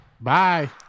Bye